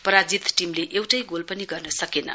पराजित टीमले एउटा गोल पनि गर्न सकेन